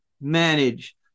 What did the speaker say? manage